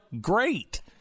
great